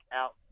out